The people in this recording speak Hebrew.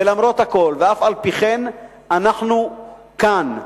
ולמרות הכול ואף-על-פי כן אנחנו כאן.